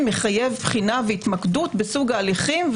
מחייבת בחינה והתמקדות בסוג ההליכים,